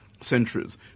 centuries